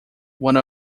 one